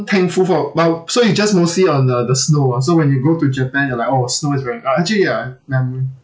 thankful for but so you just mostly on the the snow ah so when you go to japan you're like oh snow is very uh actually ah um